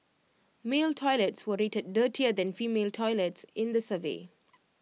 male toilets were rated dirtier than female toilets in the survey